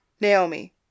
Naomi